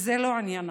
וזה לא עניינה.